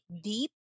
deep